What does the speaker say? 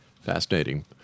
Fascinating